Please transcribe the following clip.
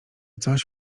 coś